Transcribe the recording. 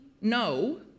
no